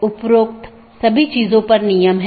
जिसे हम BGP speaker कहते हैं